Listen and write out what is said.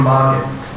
Markets